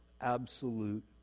absolute